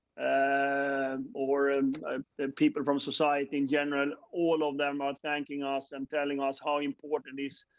and or. and people from society, in general, all and of them are thanking us and telling us how important it is,